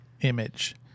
image